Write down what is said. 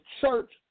church